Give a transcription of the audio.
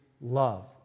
love